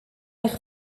eich